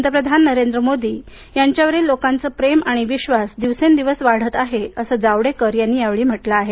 पंतप्रधान नरेंद्र मोदी यांच्यावरील लोकांचे प्रेम आणि विश्वास दिवसेंदिवस वाढत आहे असं जावडेकर यांनी यावेळी म्हटलं आहे